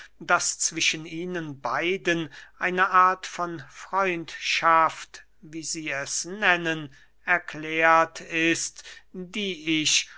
daß zwischen ihnen beiden eine art von freundschaft wie sie es nennen erklärt ist die ich